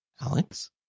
Alex